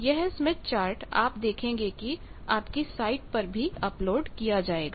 यह Smith chart आप देखेंगे कि आपकी साइट पर भी अपलोड किया जाएगा